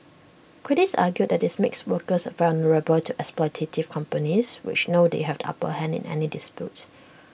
critics argue that this makes workers vulnerable to exploitative companies which know they have the upper hand in any dispute